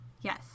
yes